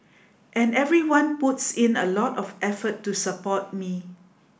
and everyone puts in a lot of effort to support me